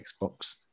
Xbox